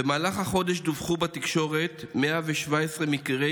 במהלך החודש דווחו בתקשורת 117 מקרי